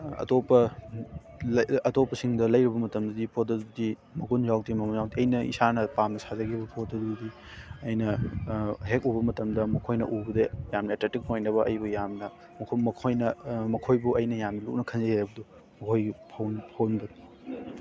ꯑꯇꯣꯞꯄ ꯑꯇꯣꯞꯄꯁꯤꯡꯗ ꯂꯩꯔꯨꯕ ꯃꯇꯝꯗꯗꯤ ꯄꯣꯠꯇꯨꯗꯤ ꯃꯒꯨꯟ ꯌꯥꯎꯗꯦ ꯃꯃꯟ ꯌꯥꯎꯗꯦ ꯑꯩꯅ ꯏꯁꯥꯅ ꯄꯥꯝꯅ ꯁꯥꯖꯈꯤꯕ ꯄꯣꯠꯇꯨꯗꯤ ꯑꯩꯅ ꯍꯦꯛ ꯎꯕ ꯃꯇꯝꯗ ꯃꯈꯣꯏꯅ ꯎꯕꯗ ꯌꯥꯝꯅ ꯑꯦꯇ꯭ꯔꯦꯛꯇꯤꯕ ꯑꯣꯏꯅꯕ ꯑꯩꯕꯨ ꯌꯥꯝꯅ ꯃꯈꯣꯏꯅ ꯃꯈꯣꯏꯕꯨ ꯑꯩꯅ ꯌꯥꯝ ꯂꯨꯅ ꯈꯟꯖꯩ ꯍꯥꯏꯕꯗꯣ ꯋꯥꯍꯩ